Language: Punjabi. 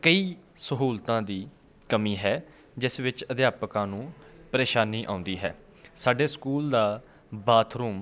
ਕਈ ਸਹੂਲਤਾਂ ਦੀ ਕਮੀ ਹੈ ਜਿਸ ਵਿੱਚ ਅਧਿਆਪਕਾਂ ਨੂੰ ਪ੍ਰੇਸ਼ਾਨੀ ਆਉਂਦੀ ਹੈ ਸਾਡੇ ਸਕੂਲ ਦਾ ਬਾਥਰੂਮ